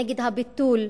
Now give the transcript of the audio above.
נגד הביטול,